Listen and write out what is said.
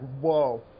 whoa